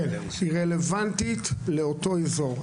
כן, היא רלוונטית לאותו אזור.